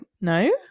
no